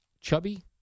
chubby